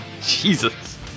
Jesus